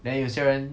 then 有些人